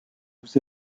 nous